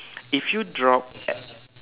if you drop e~